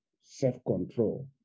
self-control